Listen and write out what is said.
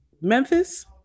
memphis